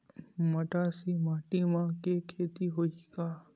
मटासी माटी म के खेती होही का?